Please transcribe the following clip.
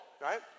Right